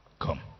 Come